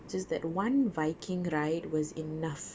just that one viking ride was enough